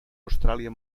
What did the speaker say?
austràlia